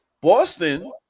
Boston